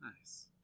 Nice